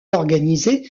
organisée